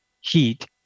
heat